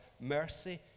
mercy